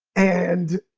and